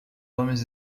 homens